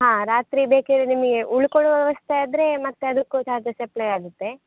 ಹಾಂ ರಾತ್ರಿ ಬೇಕಿದ್ದರೆ ನಿಮಗೆ ಉಳ್ಕೊಳ್ಳುವ ವ್ಯವಸ್ಥೆ ಆದರೆ ಮತ್ತೆ ಅದಕ್ಕೂ ಚಾರ್ಜಸ್ ಅಪ್ಲೈ ಆಗುತ್ತೆ